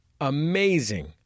amazing